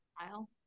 style